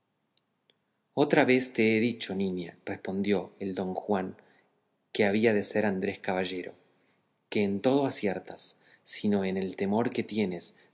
otra vez te he dicho niña respondió el don juan que había de ser andrés caballero que en todo aciertas sino en el temor que tienes